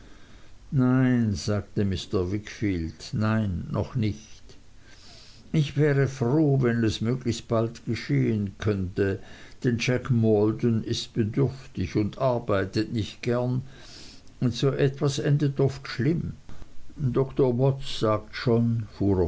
nein sagte mr wickfield nein noch nicht ich wäre froh wenn es möglichst bald geschehen könnte denn jack maldon ist bedürftig und arbeitet nicht gern und so etwas endet oft schlimm doktor watts sagt schon fuhr